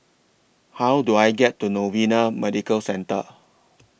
How Do I get to Novena Medical Centre